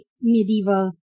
medieval